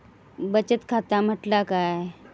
बचत खाता म्हटल्या काय?